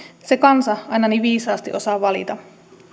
se kansa aina niin viisaasti osaa valita